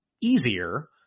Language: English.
easier